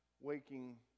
waking